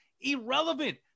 irrelevant